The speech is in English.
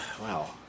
Wow